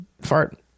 fart